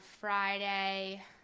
Friday